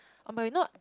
oh but we not